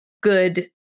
good